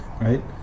right